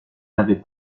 n’avait